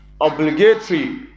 obligatory